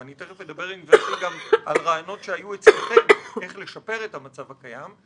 ואני תיכף אדבר על רעיונות שהיו אצלכם איך לשפר את המצב הקיים,